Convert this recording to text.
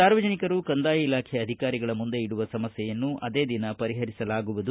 ಸಾರ್ವಜನಿಕರು ಕಂದಾಯ ಇಲಾಖೆ ಅಧಿಕಾರಿಗಳ ಮುಂದೆ ಇಡುವ ಸಮಸ್ಯೆಯನ್ನು ಅದೇ ದಿನ ಪರಿಹರಿಸಲಾಗುವುದು